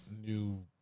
new